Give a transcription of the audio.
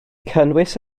cynnwys